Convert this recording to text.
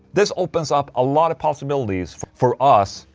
this opens up a lot of possibilities for us,